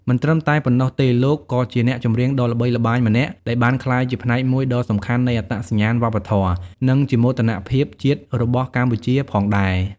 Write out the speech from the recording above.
មិនត្រឹមតែប៉ុណ្ណោះទេលោកក៏ជាអ្នកចម្រៀងដ៏ល្បីល្បាញម្នាក់ដែលបានក្លាយជាផ្នែកមួយដ៏សំខាន់នៃអត្តសញ្ញាណវប្បធម៌ និងជាមោទនភាពជាតិរបស់កម្ពុជាផងដែរ ។